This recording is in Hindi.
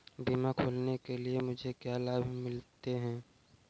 बीमा खोलने के लिए मुझे क्या लाभ मिलते हैं?